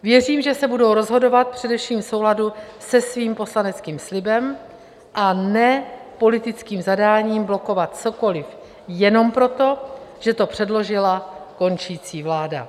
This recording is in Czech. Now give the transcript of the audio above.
Věřím, že se budou rozhodovat především v souladu se svým poslaneckým slibem, a ne politickým zadáním blokovat cokoli jenom proto, že to předložila končící vláda.